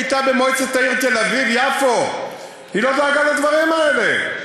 כשהיא הייתה במועצת העיר תל-אביב יפו היא לא דאגה לדברים האלה?